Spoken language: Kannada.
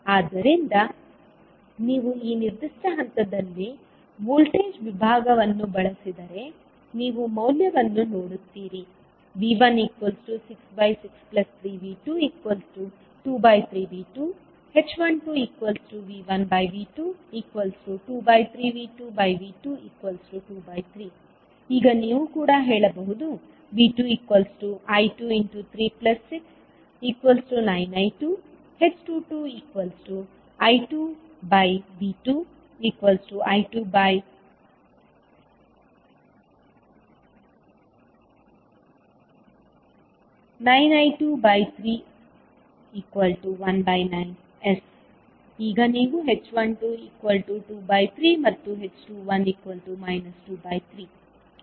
ಆದ್ದರಿಂದ ನೀವು ಈ ನಿರ್ದಿಷ್ಟ ಹಂತದಲ್ಲಿ ವೋಲ್ಟೇಜ್ ವಿಭಾಗವನ್ನು ಬಳಸಿದರೆ ನೀವು ಮೌಲ್ಯವನ್ನು ನೋಡುತ್ತೀರಿ V1663V223V2 h12V1V223V2V223 ಈಗ ನೀವು ಕೂಡ ಹೇಳಬಹುದು V2I236 9I2 h22I2V2I29I23219S ಈಗ ನೀವು h1223 ಮತ್ತು h21 23